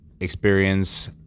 experience